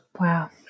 Wow